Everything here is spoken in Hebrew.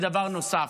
ודבר נוסף,